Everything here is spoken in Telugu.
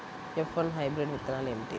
ఎఫ్ వన్ హైబ్రిడ్ విత్తనాలు ఏమిటి?